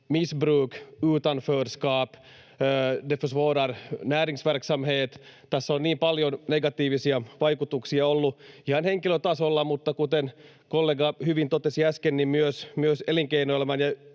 missbruk, utanförskap och försvårad näringsverksamhet. Tässä on niin paljon negatiivisia vaikutuksia ollut ihan henkilötasolla, mutta kuten kollega hyvin totesi äsken, niin on myös elinkeinoelämän ja